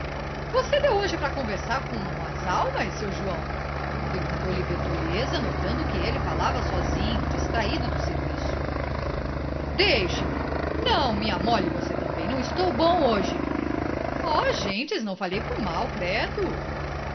você deu hoje para conversar com as almas seu joão perguntou-lhe bertoleza notando que ele falava sozinho distraído do serviço deixe não me amole você também não estou bom hoje ó gentes não falei por mal credo